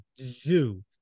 zoo